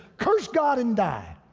curse god and die.